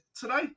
today